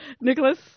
Nicholas